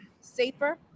safer